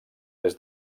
des